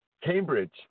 Cambridge